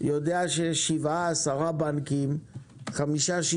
יודע שיש 7, 10 בנקים, 5, 6,